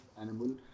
animal